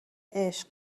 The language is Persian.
عشق